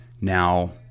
Now